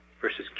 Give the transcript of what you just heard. versus